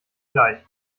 gleich